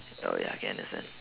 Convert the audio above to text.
oh ya K understand